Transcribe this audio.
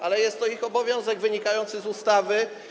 Ale jest to ich obowiązek wynikający z ustawy.